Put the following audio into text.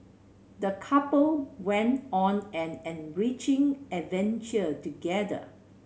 the couple went on an enriching adventure together